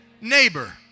neighbor